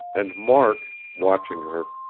and mark, watching her,